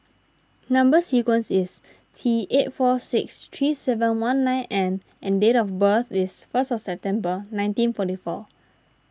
Number Sequence is T eight four six three seven one nine N and date of birth is first of December nineteen forty four